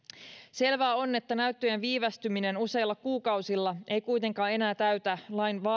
selvää on että näyttöjen viivästyminen useilla kuukausilla ei kuitenkaan enää täytä lain